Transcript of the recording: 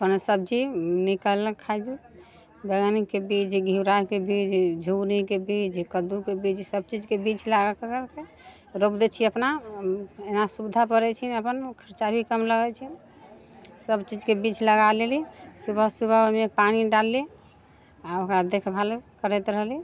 अपन सब्जी निकललक खाइलेल बैगनके बीज घेवराके बीज झुङ्गनीके बीज कद्दूके बीज सभ चीजके बीज लगा लगाके रोपि दै छियै अपना यहाँ सुविधा पड़ै छै अपन खर्चा भी कम लगै छै सभ चीजके बीज लगा लेलियै सुबह सुबह ओहिमे पानि डाललियै आओर ओकरा देखभाल करैत रहलियै